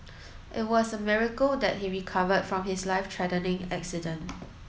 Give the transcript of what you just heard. it was a miracle that he recovered from his life threatening accident